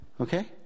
Okay